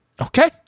Okay